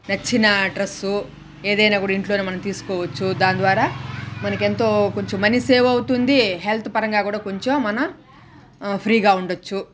నచ్చిన డ్రెస్సు ఏదన్నా దాంద్వారా మనకు ఎంతో కొంచం మనీ సేవ్ అవుతుంది హెల్త్ పరంగా గూడా కొంచం మన ఫ్రీగా ఉండొచ్చు